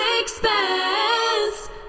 expense